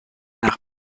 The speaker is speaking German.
nach